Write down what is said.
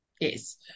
Yes